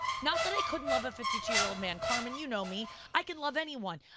not that i couldn't love a fifty two year old man, carmen, you know me, i can love anyone.